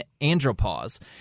andropause